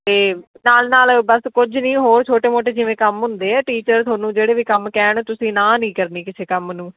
ਅਤੇ ਨਾਲ ਨਾਲ ਬਸ ਕੁਝ ਨਹੀਂ ਹੋਰ ਛੋਟੇ ਮੋਟੇ ਜਿਵੇਂ ਕੰਮ ਹੁੰਦੇ ਆ ਟੀਚਰ ਤੁਹਾਨੂੰ ਜਿਹੜੇ ਵੀ ਕੰਮ ਕਹਿਣ ਤੁਸੀਂ ਨਾਂਹ ਨਹੀਂ ਕਰਨੀ ਕਿਸੇ ਕੰਮ ਨੂੰ